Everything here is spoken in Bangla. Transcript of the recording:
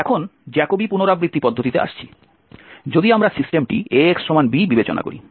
এখন জ্যাকোবি পুনরাবৃত্তি পদ্ধতিতে আসছি যদি আমরা সিস্টেমটি Ax b বিবেচনা করি